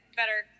better